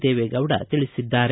ದೇವೇಗೌಡ ತಿಳಿಸಿದ್ದಾರೆ